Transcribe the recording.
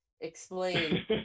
explain